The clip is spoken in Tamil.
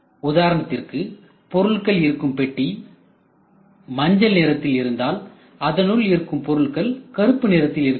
உதாரணத்திற்கு பொருள்கள் இருக்கும் பெட்டி மஞ்சள் நிறத்தில் இருந்தால் அதனுள் இருக்கும் பொருட்கள் கருப்பு நிறத்தில் இருக்க வேண்டும்